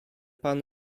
panu